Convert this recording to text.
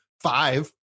five